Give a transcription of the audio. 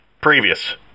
previous